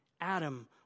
Adam